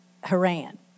Haran